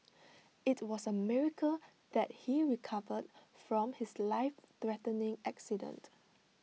IT was A miracle that he recovered from his lifethreatening accident